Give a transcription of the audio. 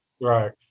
Right